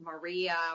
Maria